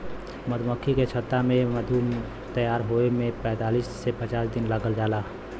मधुमक्खी के छत्ता में मधु तैयार होये में पैंतालीस से पचास दिन लाग जाला